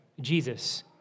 Jesus